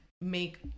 make